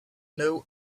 know